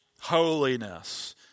holiness